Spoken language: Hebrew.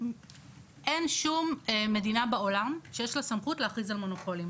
אין שום מדינה בעולם שיש לה סמכות להכריז על מונופולין.